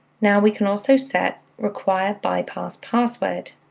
now we can also set require bypass password.